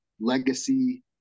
legacy